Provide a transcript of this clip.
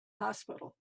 hospital